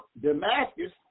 Damascus